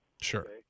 Sure